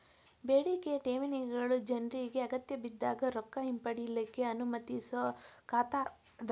ಬೇಡಿಕೆಯ ಠೇವಣಿಗಳು ಜನ್ರಿಗೆ ಅಗತ್ಯಬಿದ್ದಾಗ್ ರೊಕ್ಕ ಹಿಂಪಡಿಲಿಕ್ಕೆ ಅನುಮತಿಸೊ ಖಾತಾ ಅದ